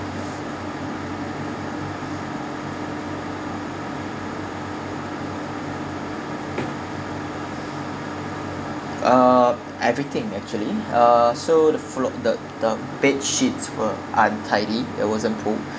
uh everything actually uh so the floor the the bedsheets were untidy that wasn't fold